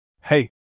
Hey